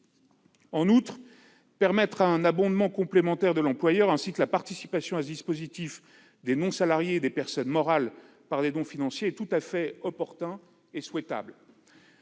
En outre, permettre un abondement complémentaire de l'employeur, ainsi que la participation à ce dispositif des non-salariés et des personnes morales des dons financiers, est tout à fait opportun et souhaitable.